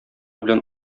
белән